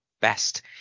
best